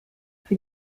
für